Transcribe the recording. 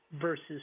versus